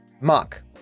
Mark